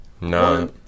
No